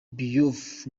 diouf